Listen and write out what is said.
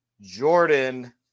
Jordan